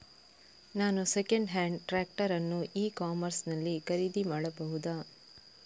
ನಾನು second hand tractor ಅನ್ನು e commerce ನಲ್ಲಿ ಖರೀದಿ ಮಾಡಬಹುದಾ?